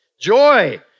joy